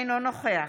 אינו נוכח